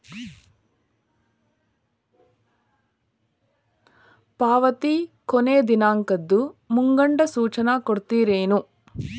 ಪಾವತಿ ಕೊನೆ ದಿನಾಂಕದ್ದು ಮುಂಗಡ ಸೂಚನಾ ಕೊಡ್ತೇರೇನು?